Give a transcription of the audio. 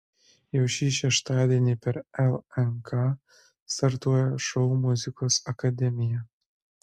jau šį šeštadienį per lnk startuoja šou muzikos akademija